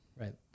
Right